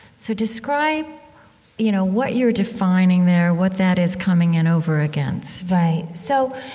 so describe you know, what you're defining there. what that is coming in over against right. so,